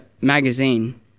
magazine